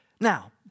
Now